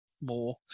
more